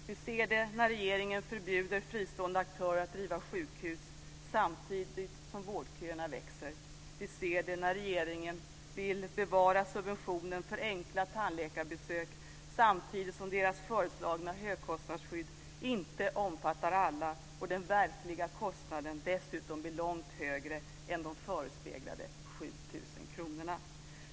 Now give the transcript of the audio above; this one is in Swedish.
Vi ser det när regeringen förbjuder fristående aktörer att driva sjukhus, samtidigt som vårdköerna växer. Vi ser det när regeringen vill bevara subventionerna för enkla tandläkarbesök, samtidigt som deras föreslagna högkostnadsskydd inte omfattar alla och den verkliga kostnaden dessutom blir långt högre än de förespeglade 7 000 kronorna.